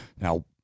Now